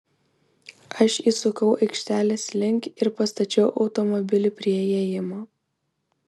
aš įsukau aikštelės link ir pastačiau automobilį prie įėjimo